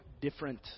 different